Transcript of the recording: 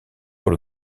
pour